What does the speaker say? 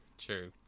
True